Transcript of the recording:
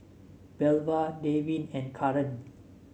Belva Devin and Karan